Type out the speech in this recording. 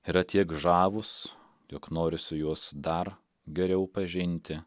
yra tiek žavūs jog norisi juos dar geriau pažinti